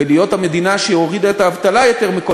ולהיות המדינה שהורידה את האבטלה יותר מכל